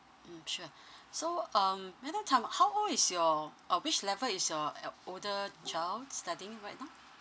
mm sure so um madam tan how old is your or which level is your uh el~ older child studying in right now